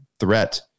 threat